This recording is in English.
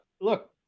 look